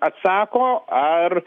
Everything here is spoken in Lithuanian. atsako ar